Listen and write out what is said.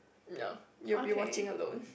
no you will be watching alone